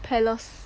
palace